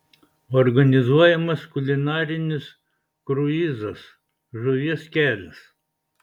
organizuojamas kulinarinis kruizas žuvies kelias